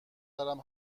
دارم